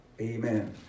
amen